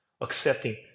accepting